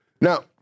Now